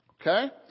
Okay